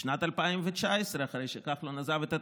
שנת 2019, אחרי שכחלון עזב את התפקיד,